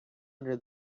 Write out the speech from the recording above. under